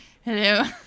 hello